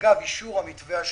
אגב אישור המתווה השלישי,